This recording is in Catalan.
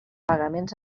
pagaments